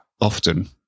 often